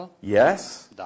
Yes